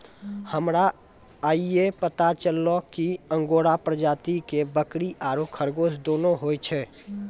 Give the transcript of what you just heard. हमरा आइये पता चललो कि अंगोरा प्रजाति के बकरी आरो खरगोश दोनों होय छै